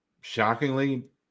Shockingly